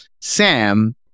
Sam